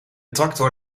tractor